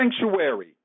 sanctuary